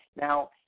Now